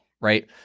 right